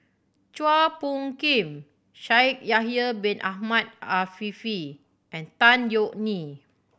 Chua Phung Kim Shaikh Yahya Bin Ahmed Afifi and Tan Yeok Nee